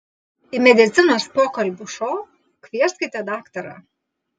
į medicinos pokalbių šou kvieskite daktarą